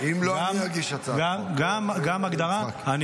גם הגדרה --- אם לא,